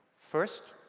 first,